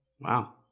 Wow